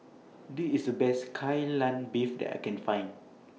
This IS Best Kai Lan Beef that I Can Find